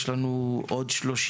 אנחנו צריכים לעבור על עוד 30 עמודים.